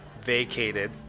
vacated